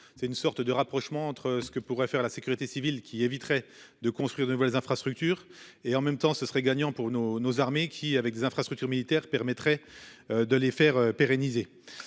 C'est une sorte de rapprochement entre ce que pourrait faire la sécurité civile qui éviterait de construire de nouvelles infrastructures et en même temps ce serait gagnant pour nos nos armées qui avec des infrastructures militaires permettrait de les faire pérenniser.